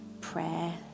prayer